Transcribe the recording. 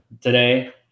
today